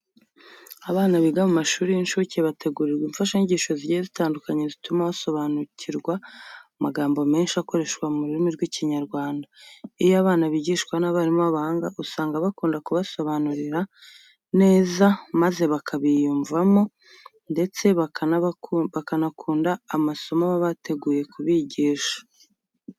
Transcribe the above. Abana biga mu mashuri y'incuke bategurirwa imfashanyigisho zigiye zitandukanye zituma basobanukirwa amagambo menshi akoreshwa mu rurimi rw'Ikinyarwanda. Iyo aba bana bigishwa n'abarimu b'abahanga usanga bakunda kubasobanurira neza maze bakabiyumvamo ndetse bakanakunda amasomo baba bateguye kubigisha.